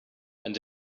and